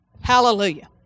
Hallelujah